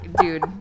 Dude